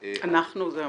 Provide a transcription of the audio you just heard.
אנחנו זאת הממשלה?